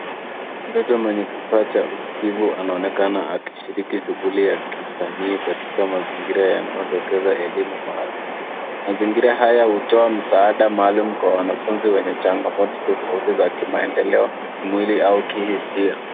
Mtoto mwenye kifaa cha uskivu anaonekana akishiriki shughuli ya kisanii katika mazingira yanayodokeza elimu maalum. Mazingira haya hutoa msaada maalum kwa wanafunzi wenye changamoto tofauti za kimaendeleo, kimwili au kihisia.